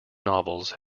novels